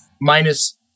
Minus